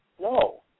No